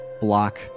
block